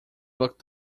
looked